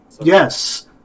Yes